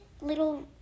little